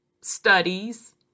studies